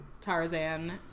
Tarzan